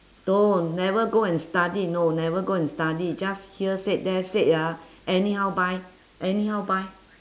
don't never go and study no never go and study just here said there said ah anyhow buy anyhow buy